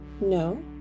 No